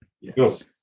Yes